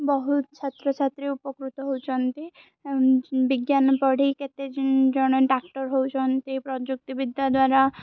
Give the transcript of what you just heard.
ବହୁତ ଛାତ୍ରଛାତ୍ରୀ ଉପକୃତ ହେଉଛନ୍ତି ବିଜ୍ଞାନ ପଢ଼ି କେତେ ଜଣ ଡକ୍ଟର ହେଉଛନ୍ତି ପ୍ରଯୁକ୍ତିବିଦ୍ୟା ଦ୍ୱାରା